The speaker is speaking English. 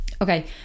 okay